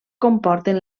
comporten